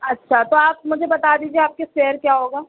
اچھا تو آپ مجھے بتا دیجیے آپ کے فیئر کیا ہوگا